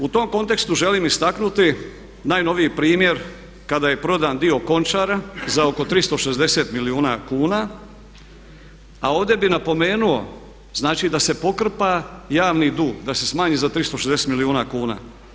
U tom kontekstu želim istaknuti najnoviji primjer kada je prodan dio KONČAR-a za oko 360 milijuna kuna a ovdje bih napomenuo znači da se pokrpa javni dug, da se smanji za 360 milijuna kuna.